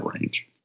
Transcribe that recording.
range